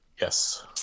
yes